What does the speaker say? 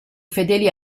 fedeli